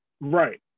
Right